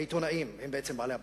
העיתונאים הם בעצם בעלי הבית,